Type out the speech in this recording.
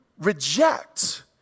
reject